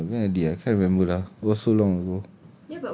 oh no went already can't remember lah it was so long ago